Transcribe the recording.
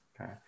Okay